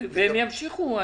והם ימשיכו.